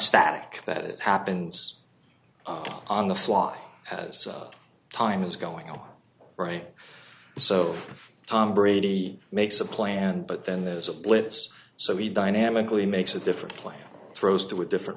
static that it happens on the fly as time is going on right so tom brady makes a plan but then there's a blitz so we dynamically makes a different plan throws to a different